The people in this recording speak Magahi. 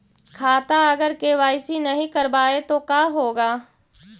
खाता अगर के.वाई.सी नही करबाए तो का होगा?